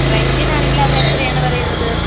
റെൻറ്റിനാണെങ്കിൽ അവരെത്രയാണ് പറയുന്നത്